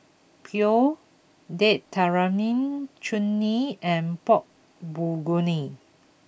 Pho Date Tamarind Chutney and Pork Bulgogi